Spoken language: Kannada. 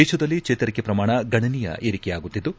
ದೇಶದಲ್ಲಿ ಚೇತರಿಕೆ ಪ್ರಮಾಣ ಗಣನೀಯ ಏರಿಕೆಯಾಗುತ್ತಿದ್ದು